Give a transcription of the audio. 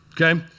Okay